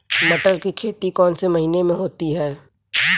मटर की खेती कौन से महीने में होती है?